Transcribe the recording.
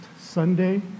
Sunday